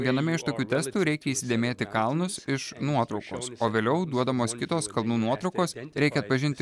viename iš tokių testų reikia įsidėmėti kalnus iš nuotraukos o vėliau duodamos kitos kalnų nuotraukos reikia atpažinti kurioje